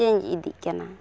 change ᱤᱫᱤᱜ ᱠᱟᱱᱟ